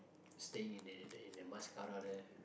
stay in the air then in mascara there